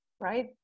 Right